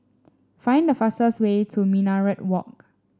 find the fastest way to Minaret Walk